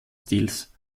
stils